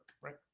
right